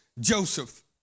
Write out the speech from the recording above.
Joseph